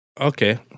Okay